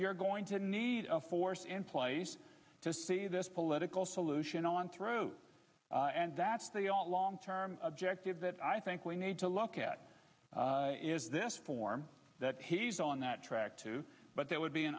you're going to need a force in place to see this political solution on through and that's the all long term objective that i think we need to look at is this form that he's on that track to but that would be in